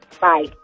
Bye